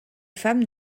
femmes